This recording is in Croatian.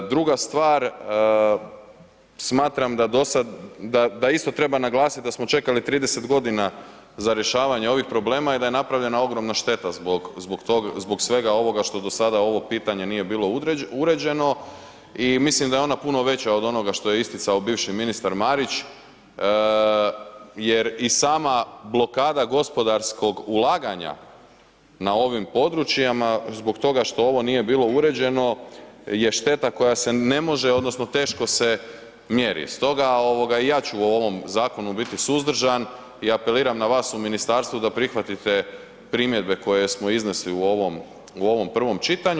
Druga stvar, smatram da dosad, da, da isto treba naglasit da smo čekali 30.g. za rješavanje ovih problema i da je napravljena ogromna šteta zbog, zbog tog, zbog svega ovoga što do sada ovo pitanje nije bilo uređeno i mislim da je ona puno veća od onoga što je isticao bivši ministar Marić jer i sama blokada gospodarskog ulaganja na ovim područjima zbog toga što ovo nije bilo uređeno je šteta koja se ne može odnosno teško se mjeri, stoga ovoga i ja ću u ovom zakonu biti suzdržan i apeliram na vas u ministarstvu da prihvatite primjedbe koje smo iznesli u ovom, u ovom prvom čitanju.